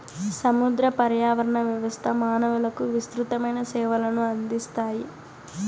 సముద్ర పర్యావరణ వ్యవస్థ మానవులకు విసృతమైన సేవలను అందిస్తాయి